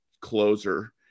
closer